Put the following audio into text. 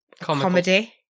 comedy